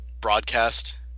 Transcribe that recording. broadcast